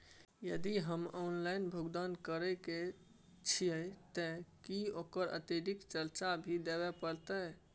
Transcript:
यदि हम ऑनलाइन भुगतान करे छिये त की ओकर अतिरिक्त चार्ज भी देबे परतै?